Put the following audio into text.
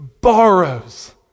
borrows